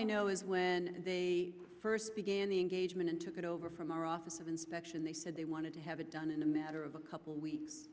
i know is when i first begin the engagement and took it over from our office of inspection they said they wanted to have it done in a matter of a couple of weeks